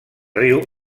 riu